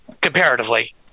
comparatively